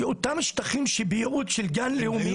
שאותם שטחים ביעוד של גן לאומי --- היו